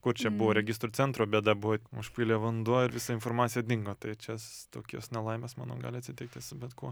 kur čia buvo registrų centro bėda buvo užpylė vanduo ir visa informacija dingo tai čia s tokios nelaimės manau gali atsitikti su bet kuo